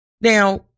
Now